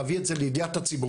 להביא את זה לידיעת הציבור,